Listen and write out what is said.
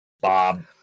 Bob